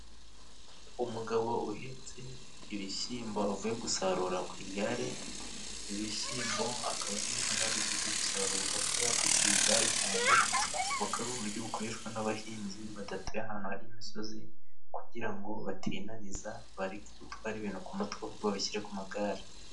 Umugabo uhetse ibishyimbo bavuye gusarura ku igare, ibishyimbo akaba ari intonore zivuye gusarurwa akaba yapakiye igare cyane, ngo akaba ari uburyo bukoreshwa n'abahinzi badatuye ahantu hari imisozi ,kugira ngo batinaniza bareke gutwara ibintu ku mutwe ,babishyire ku magare.